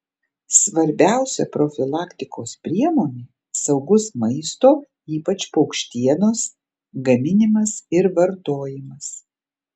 svarbiausia profilaktikos priemonė saugus maisto ypač paukštienos gaminimas ir vartojimas